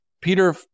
Peter